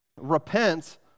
repent